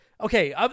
okay